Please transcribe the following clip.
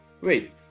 wait